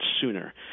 sooner